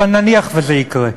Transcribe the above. אבל נניח שזה יקרה.